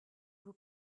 vous